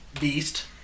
Beast